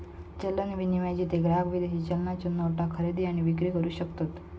चलन विनिमय, जेथे ग्राहक विदेशी चलनाच्यो नोटा खरेदी आणि विक्री करू शकतत